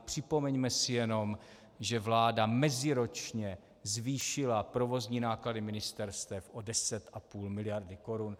Připomeňme si jenom, že vláda meziročně zvýšila provozní náklady ministerstev o 10,5 mld. Kč.